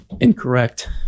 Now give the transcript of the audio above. Incorrect